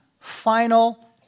final